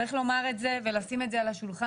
צריך לומר את זה ולשים את זה על השולחן.